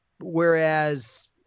whereas